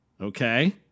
okay